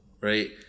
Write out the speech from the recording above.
right